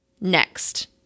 Next